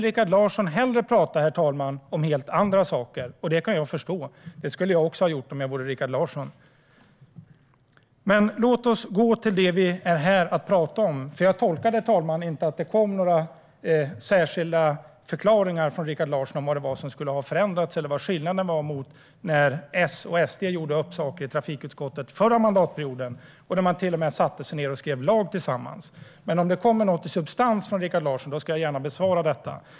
Rikard Larsson vill hellre prata om helt andra saker. Det kan jag förstå. Det skulle jag också ha gjort om jag vore Rikard Larsson. Låt oss gå till det vi är här för att tala om. Jag tolkade inte, herr talman, att det kom några särskilda förklaringar från Rikard Larsson om vad som skulle ha förändrats eller vad skillnaden var mot när S och SD gjorde upp om saker i trafikutskottet under förra mandatperioden. Då satte man sig till och med och skrev lag tillsammans. Om det kommer något av substans från Rikard Larsson ska jag gärna besvara detta.